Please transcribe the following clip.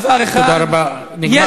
דבר אחד, תודה רבה, נגמר הזמן.